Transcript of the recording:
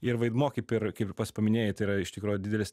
ir vaidmuo kaip ir kaip ir pats paminėjai tai yra iš tikro didelis